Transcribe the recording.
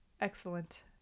excellent